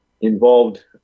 involved